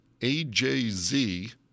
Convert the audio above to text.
AJZ